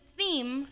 theme